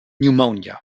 pneumonia